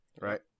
right